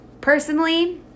Personally